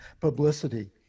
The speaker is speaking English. publicity